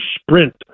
sprint